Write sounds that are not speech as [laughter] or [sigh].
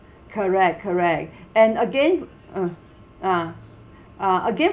correct correct [breath] and again uh uh uh again